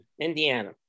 Indiana